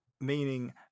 meaning